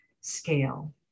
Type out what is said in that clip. scale